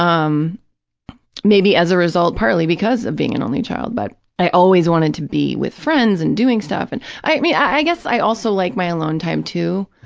um maybe as a result, partly because of being an only child, but i always wanted to be with friends and doing stuff. and, i mean, i guess i also like my alone time, too,